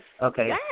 Okay